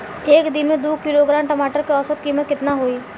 एक दिन में दो किलोग्राम टमाटर के औसत कीमत केतना होइ?